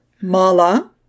Mala